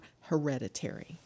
hereditary